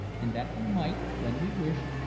and that we might, when we wished,